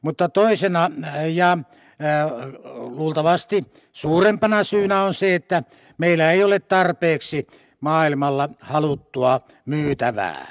mutta toisena ja luultavasti suurempana syynä on se että meillä ei ole tarpeeksi maailmalla haluttua myytävää